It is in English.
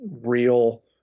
real